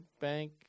bank